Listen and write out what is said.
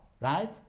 right